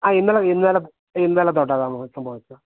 ആ ഇന്നലെ ഇന്നലെ ഇന്നലെ തൊട്ടാണ് സംഭവിച്ചത്